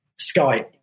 Skype